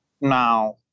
now